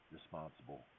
responsible